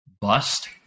bust